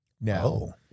now